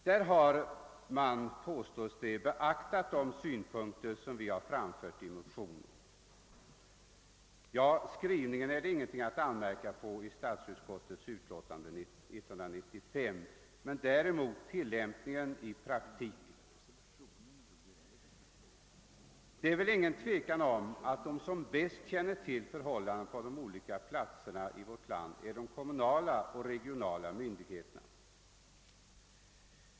Där har de synpunkter som vi framfört i motionerna beaktats, påstås det. Ja, det är ingenting att anmärka på skrivningen i statsutskottets utlåtande 195, men däremot på tillämpningen i praktiken. Det är väl ingen tvekan om att de som bäst känner till förhållandena på olika platser i vårt land är de kommunala och regionala myndigheterna.